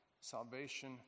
salvation